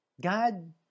God